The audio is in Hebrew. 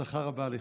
בהצלחה רבה לך.